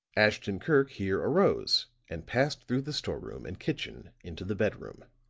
ashton-kirk here arose and passed through the storeroom and kitchen into the bedroom.